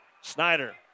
Snyder